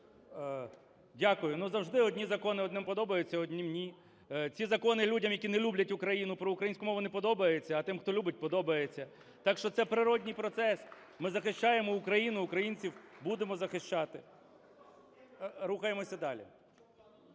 Дякую. Ну, завжди одні закони одним подобаються, однім – ні. Ці закони людям, які не люблять Україну, про українську мову не подобаються, а тим, хто любить, подобається. Так що це природній процес. Ми захищаємо України, українців, будемо захищати. Рухаємося далі.